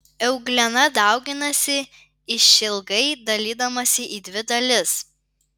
euglena dauginasi išilgai dalydamasi į dvi dalis